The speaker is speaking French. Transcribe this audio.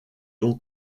ton